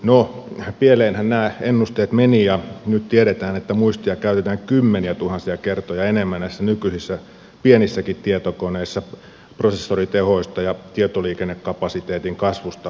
no pieleenhän nämä ennusteet menivät ja nyt tiedetään että muistia käytetään kymmeniätuhansia kertoja enemmän näissä nykyisissä pienissäkin tietokoneissa prosessitehoista ja tietoliikennekapasiteetin kasvusta puhumattakaan